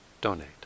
donate